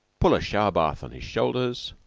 pull a shower-bath on his shoulders,